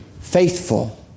faithful